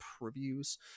reviews